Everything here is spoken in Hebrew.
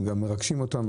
הם גם מרגשים אותנו.